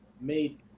made